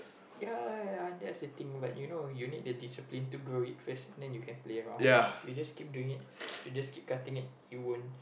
ya ya ya that's the thing but you know you need the discipline to grow it first then you can play around if you just keep doing it if you just keep cutting it it won't